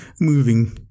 moving